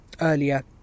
earlier